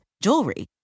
jewelry